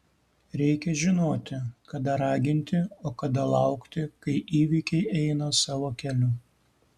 reikia žinoti kada raginti o kada laukti kai įvykiai eina savo keliu